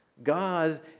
God